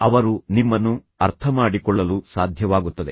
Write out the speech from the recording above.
ಅವರು ನಿಮ್ಮನ್ನು ಅರ್ಥಮಾಡಿಕೊಳ್ಳಲು ಸಾಧ್ಯವಾಗುತ್ತದೆ